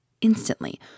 Instantly